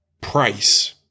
price